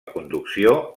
conducció